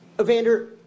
Evander